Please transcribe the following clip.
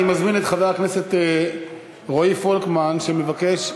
אני מזמין את חבר הכנסת רועי פולקמן שמבקש,